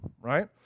right